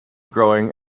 growing